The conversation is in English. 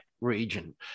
region